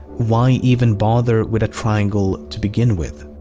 why even bother with a triangle to begin with?